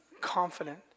confident